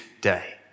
day